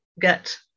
get